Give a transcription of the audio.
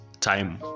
time